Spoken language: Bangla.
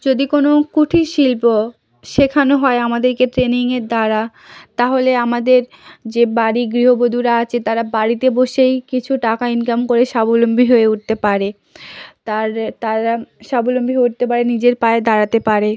যদি কোনও কুটির শিল্প সেখানে হয় আমাদেরকে ট্রেনিংয়ের দ্বারা তাহলে আমাদের যে বাড়ির গৃহবধূরা আছে তারা বাড়িতে বসেই কিছু টাকা ইনকাম করে স্বাবলম্বী হয়ে উঠতে পারে তার তারা স্বাবলম্বী হয়ে উঠতে পারে নিজের পায়ে দাঁড়াতে পারে